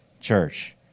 church